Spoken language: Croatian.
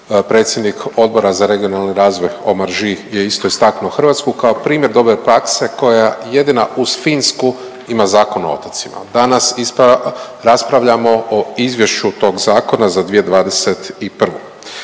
Predsjednik Odbora za regionalni razvoj Omarjje je isto istaknuo Hrvatsku kao primjer dobre prakse koja jedina uz Finsku ima Zakon o otocima. Danas raspravljamo o izvješću tog zakona za 2021.